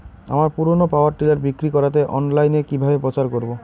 আমার পুরনো power tiller বিক্রি করাতে অনলাইনে কিভাবে প্রচার করব?